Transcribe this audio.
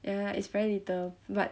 ya it's very little but